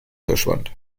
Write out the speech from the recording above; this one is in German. verschwand